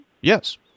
Yes